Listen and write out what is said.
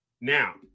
Now